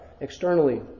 externally